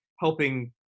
helping